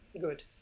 Good